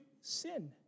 sin